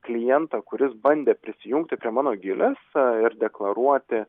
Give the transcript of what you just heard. klientą kuris bandė prisijungti prie mano gilės ir deklaruoti